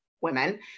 women